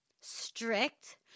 strict